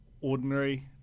ordinary